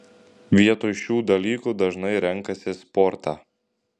vietoj šių dalykų dažnai renkasi sportą